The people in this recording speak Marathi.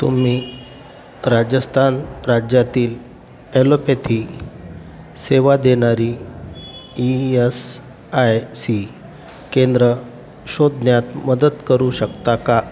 तुम्ही राजस्थान राज्यातील ऍलोपॅथी सेवा देणारी ई एस आय सी केंद्रं शोधण्यात मदत करू शकता का